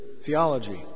theology